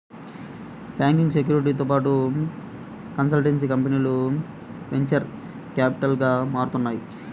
banking, సెక్యూరిటీలతో పాటు consultancy కంపెనీలు వెంచర్ క్యాపిటల్గా మారుతున్నాయి